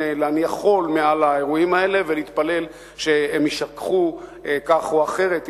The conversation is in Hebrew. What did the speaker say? ולהניח חול מעל האירועים האלה ולהתפלל שהם יישכחו כך או אחרת,